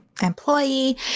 employee